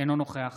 אינו נוכח